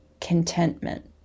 contentment